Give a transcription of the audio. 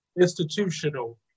institutional